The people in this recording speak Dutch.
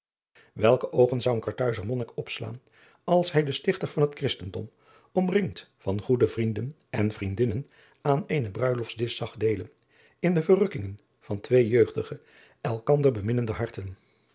elke oogen zou een arthuizer onnik opslaan als hij den tichter van het hristendom omringd van goede vrienden en vriendinnen aan eenen bruiloftsdisch zag deelen in de verrukkingen van twee jeugdige elkander beminnende harten